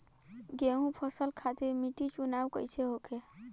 गेंहू फसल खातिर मिट्टी चुनाव कईसे होखे?